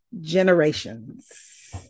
generations